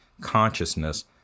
consciousness